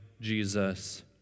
Jesus